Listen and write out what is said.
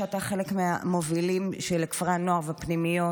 שאתה חלק מהמובילים שלה, של כפרי הנוער והפנימיות,